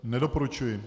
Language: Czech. Nedoporučuji.